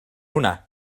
hwnna